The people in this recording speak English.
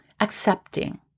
accepting